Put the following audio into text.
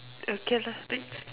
okay lah next